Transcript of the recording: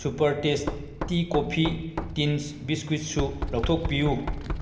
super tasty coffee tins ꯕꯤꯁꯀ꯭ꯋꯤꯠꯁꯨ ꯂꯧꯊꯣꯛꯄꯤꯌꯨ